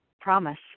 Promise